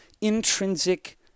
intrinsic